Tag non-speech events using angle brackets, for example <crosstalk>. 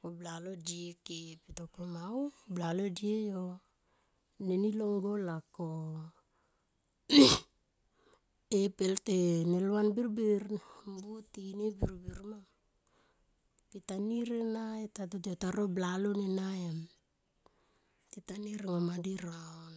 Ko blalo die ke peta mung komia ma u blalo die yo neni lo ngol a ko <noise> e pel e nel van birbir mbuo tinie birbir ma pe ta nir ena yo ta ro blalon ena em tita nir ngo madie naun.